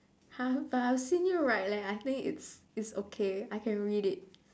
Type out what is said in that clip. !huh! but I've seen you write leh I think it's it's okay I can read it